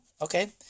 Okay